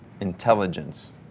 intelligence